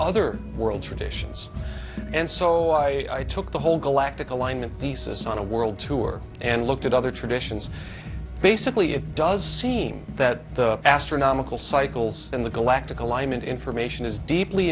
other world traditions and so i took the whole galactic alignment thesis on a world tour and looked at other traditions basically it does seem that the astronomical cycles and the galactic alignment information is deeply